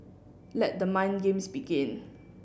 let the mind games begin